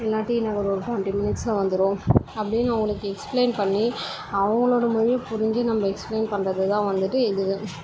இல்லை டி நகர் ஒரு ட்வெண்ட்டி மினிட்ஸ்ல வந்துடும் அப்படின்னு அவங்களுக்கு எக்ஸ்ப்ளைன் பண்ணி அவங்களோட மொழியை புரிந்து நம்ம எக்ஸ்ப்ளைன் பண்ணுறது தான் வந்துட்டு இது